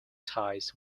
ties